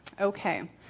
Okay